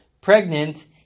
pregnant